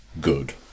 good